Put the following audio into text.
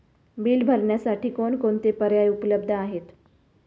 Bill भरण्यासाठी कोणकोणते पर्याय उपलब्ध आहेत?